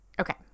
Okay